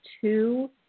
two